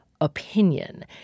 opinion